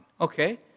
Okay